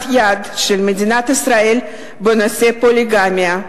היד של מדינת ישראל בנושא הפוליגמיה.